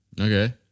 okay